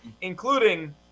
including